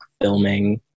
filming